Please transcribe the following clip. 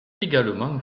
également